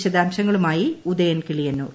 വിശദാംശങ്ങളുമായി ഉദയൻ കിളിയന്നൂർ